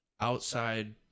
outside